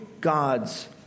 God's